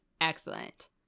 Excellent